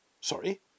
Sorry